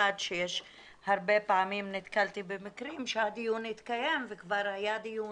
במיוחד שהרבה פעמים נתקלתי במקרים שהדיון התקיים וכבר היה דיון,